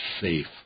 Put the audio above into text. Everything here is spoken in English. safe